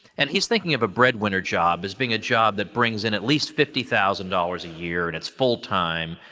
and he's thinking of a breadwinner job as being a job that brings in at least fifty thousand dollars a year, and it's full time,